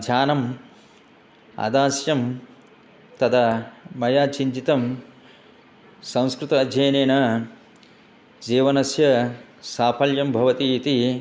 ज्ञानम् अदास्यं तदा मया चिन्तितं संस्कृत अध्ययनेन जीवनस्य साफल्यं भवति इति